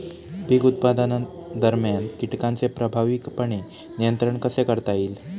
पीक उत्पादनादरम्यान कीटकांचे प्रभावीपणे नियंत्रण कसे करता येईल?